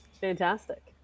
Fantastic